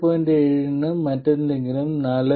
7 ന് മറ്റെന്തെങ്കിലും 4